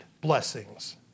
blessings